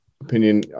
opinion